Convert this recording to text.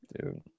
Dude